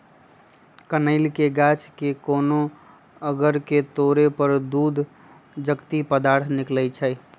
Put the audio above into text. कनइल के गाछ के कोनो अङग के तोरे पर दूध जकति पदार्थ निकलइ छै